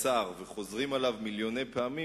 קצר וחוזרים עליו מיליוני פעמים,